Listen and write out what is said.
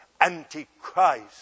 antichrist